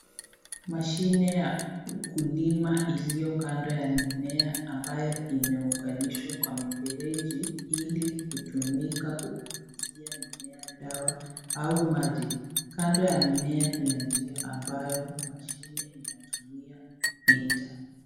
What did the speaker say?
Mashine ya ukulima iliyo kando ya mimea ambayo imeunganishwa kwa mifereji ili kutumika kupulizia mimea dawa au maji, kando ya mimea kuna njia ambayo mashine inatumia kupita.